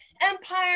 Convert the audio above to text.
Empire